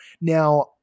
now